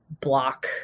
block